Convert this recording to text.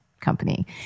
company